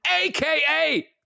aka